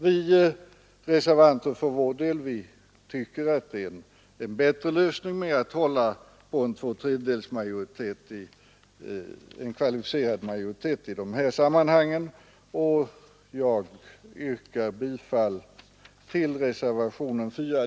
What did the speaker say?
Vi reservanter tycker att det är en bättre lösning att hålla på en kvalificerad majoritet i de här sammanhangen, och jag yrkar därför bifall till reservationen 4.